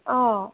অঁ